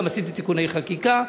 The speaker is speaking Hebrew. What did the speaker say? גם עשיתי תיקוני חקיקה.